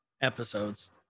episodes